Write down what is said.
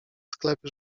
sklepy